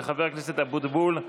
וחבר הכנסת אבוטבול,